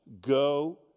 Go